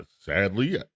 sadly